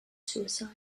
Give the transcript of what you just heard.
suicide